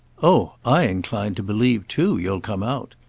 oh i incline to believe too you'll come out!